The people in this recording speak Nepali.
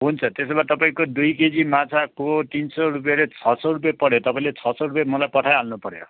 हुन्छ त्यसो भए तपाईँको दुई केजी माछाको तिन सय रुपियाँले छ सय रुपियाँ पऱ्यो तपाईँले छ सय रुपियाँ मलाई पठाइहाल्नुपऱ्यो